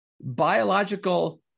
biological